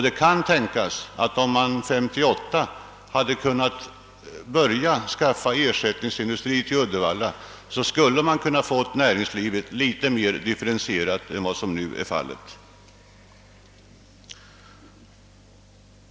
Det kan tänkas att näringslivet också i Uddevalla hade blivit litet mera differentierat än vad det är nu, om man 1958 hade kunnat börja skaffa ersättningsindustrier. Herr talman!